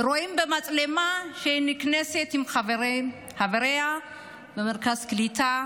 רואים במצלמה שהיא נכנסת עם חבריה למרכז הקליטה,